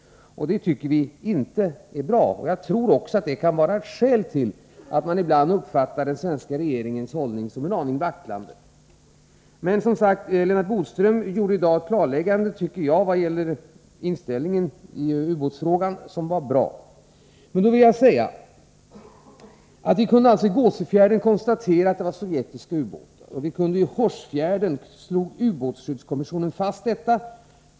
Vi tycker inte att det är bra. Jag tror också att det kan vara ett skäl till att man ibland uppfattar den svenska regeringens hållning som en aning vacklande. Lennart Bodström gjorde i dag vad gäller inställningen i ubåtsfrågan ett klarläggande som var bra. Vi kunde alltså konstatera att det var sovjetiska ubåtar i Gåsöfjärden, och ubåtsskyddskommissionen slog fast detta i fråga om Hårsfjärden.